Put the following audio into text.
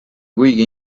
kuigi